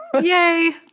yay